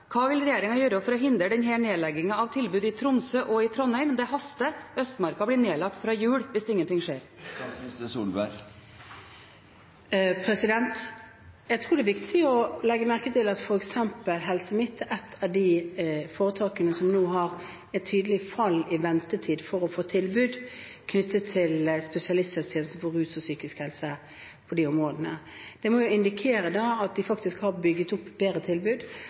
Hva vil regjeringen gjøre for å hindre denne nedleggingen av tilbudet i Tromsø og i Trondheim? Det haster. Østmarka blir nedlagt fra jul hvis ingenting skjer. Jeg tror det er viktig å legge merke til at f.eks. Helse Midt-Norge er et av de foretakene som nå har et tydelig fall i ventetid for å få tilbud knyttet til spesialisthelsetjenesten for rus og psykisk helse og de områdene. Det må indikere at de faktisk har bygd opp et bedre tilbud,